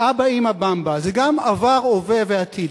"אבא, אמא "במבה" זה גם עבר הווה ועתיד,